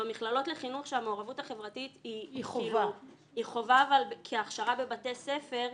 במכללות לחינוך שהמעורבות החברתית היא חובה כהכשרה בבתי ספר,